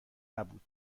نبود